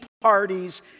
parties